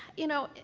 you know,